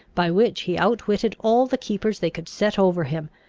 by which he outwitted all the keepers they could set over him,